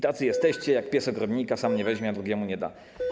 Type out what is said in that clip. Tacy jesteście, jak pies ogrodnika, sam nie weźmie, a drugiemu nie da.